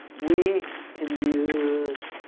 we can use